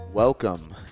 Welcome